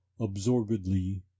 absorbedly